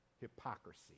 Hypocrisy